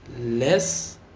less